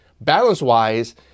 balance-wise